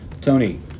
Tony